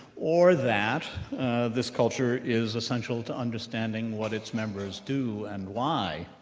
or that this culture is essential to understanding what its members do and why.